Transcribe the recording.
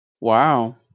Wow